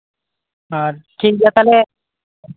ᱟᱨ ᱴᱷᱤᱠ ᱜᱮᱭᱟ ᱛᱟᱦᱚᱞᱮ